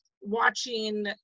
watching